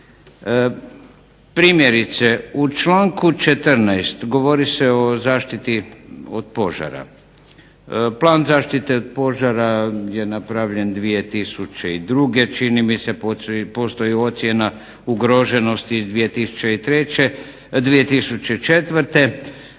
Primjerice u članku 14. govori se o zaštiti od požara. Plan zaštite od požara je napravljen 2002. Čini mi se postoji ocjena ugroženosti iz 2004.